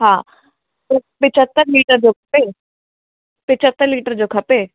हा पो पिचतर लीटर जो खपे पीचतर लीटर जो खपे